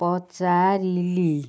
ପଚାରିଲି